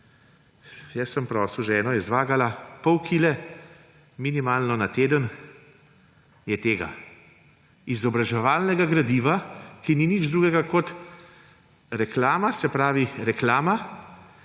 Jaz sem prosil ženo, je zvagala, minimalno pol kile na teden je tega izobraževalnega gradiva, ki ni nič drugega kot reklama, se pravi reklama